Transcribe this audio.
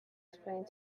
explained